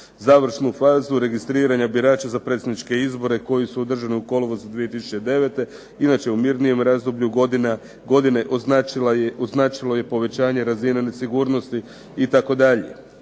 Završnu fazu registriranja birača za predsjedničke izbore koji su održani u kolovozu 2009. inače u mirnijem razdoblju godine označilo je povećanje razine nesigurnosti itd.